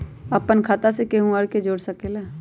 अपन खाता मे केहु आर के जोड़ सके ला?